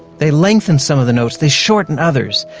they lengthen some of the notes, they shorten others,